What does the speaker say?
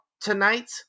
tonight